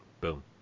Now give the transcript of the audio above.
Boom